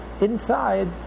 inside